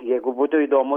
jeigu būtų įdomu